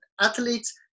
athletes